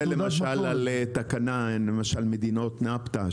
למשל על מדינות אפט"א,